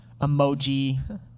emoji